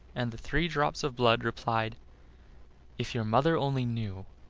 and the three drops of blood replied if your mother only knew,